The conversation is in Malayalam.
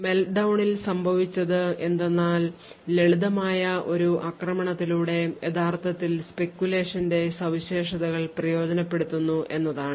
Meltdown ൽ സംഭവിച്ചത് എന്താണെന്നാൽ ലളിതമായ ഒരു ആക്രമണത്തിലൂടെ യഥാർത്ഥത്തിൽ speculation ന്റെ സവിശേഷതകൾ പ്രയോജനപ്പെടുത്തുന്നു എന്നതാണ്